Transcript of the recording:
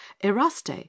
eraste